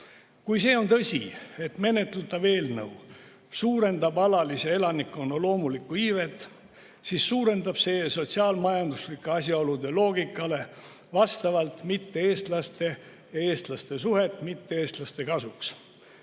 Kui see on tõsi, et menetletav eelnõu suurendab alalise elanikkonna loomulikku iivet, siis suurendab see sotsiaal-majanduslike asjaolude loogikale vastavalt mitte-eestlaste ja eestlaste suhet mitte-eestlaste kasuks.